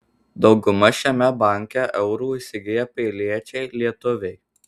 dauguma šiame banke eurų įsigiję piliečiai lietuviai